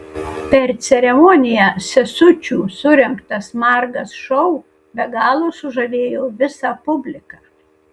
per ceremoniją sesučių surengtas margas šou be galo sužavėjo visą publiką